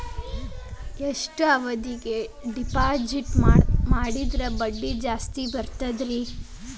ಎಷ್ಟು ಅವಧಿಗೆ ಡಿಪಾಜಿಟ್ ಮಾಡಿದ್ರ ಬಡ್ಡಿ ಜಾಸ್ತಿ ಬರ್ತದ್ರಿ?